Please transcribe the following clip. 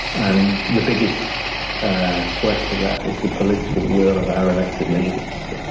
and the biggest threat to that is the political will of our elected leaders